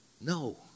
no